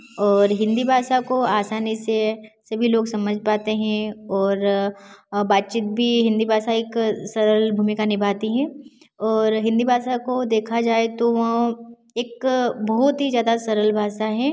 और हिंदी भाषा को आसानी से सभी लोग समझ पाते हैं और बातचीत भी हिंदी भाषा एक सरल भूमिका निभाती है और हिंदी भाषा को देखा जाए तो वह एक बहुत ही ज्यादा सरल भाषा है